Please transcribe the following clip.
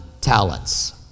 talents